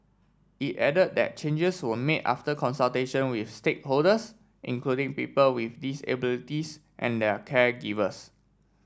it added that changes were made after consultation with stakeholders including people with disabilities and their caregivers